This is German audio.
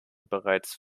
bereits